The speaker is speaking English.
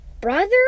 Brother